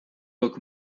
rok